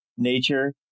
nature